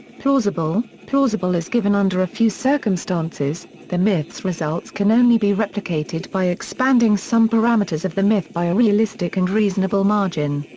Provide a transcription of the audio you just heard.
plausible plausible is given under a few circumstances the myth's results can only be replicated by expanding some parameters of the myth by a realistic and reasonable margin.